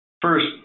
First